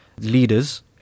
leaders